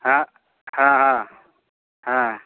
ହଁ ହଁ ହଁ ହଁ